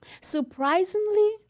Surprisingly